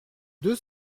deux